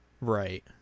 Right